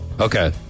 Okay